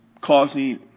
causing